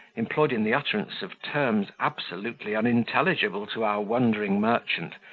employed in the utterance of terms absolutely unintelligible to our wondering merchant,